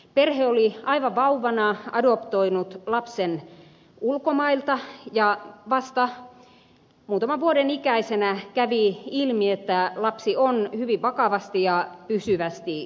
perhe oli adoptoinut lapsen aivan vauvana ulkomailta ja vasta muutaman vuoden kuluttua kävi ilmi että lapsi on hyvin vakavasti ja pysyvästi kehitysvammainen